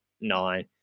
nine